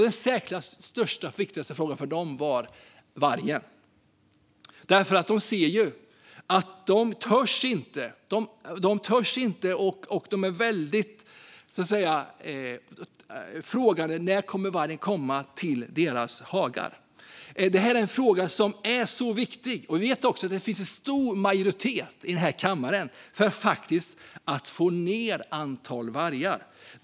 Den i särklass största och viktigaste frågan för dem var vargen. De törs inte. De frågar sig när vargen kommer till deras hagar. Denna fråga är så viktig. Vi vet också att det finns en stor majoritet i kammaren för att få ned antalet vargar.